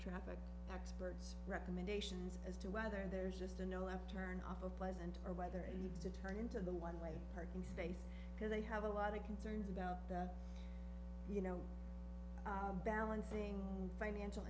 traffic experts recommendations as to whether there's just a no left turn off of pleasant or whether it needs to turn into the one way parking space because they have a lot of concerns about the you know balancing financial